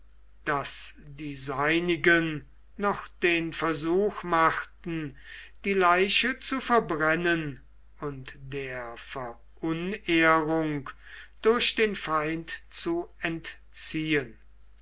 daß die seinigen noch den versuch machten die leiche zu verbrennen und der verunehrung durch den feind zu entziehen